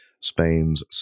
Spain's